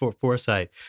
foresight